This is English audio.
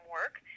work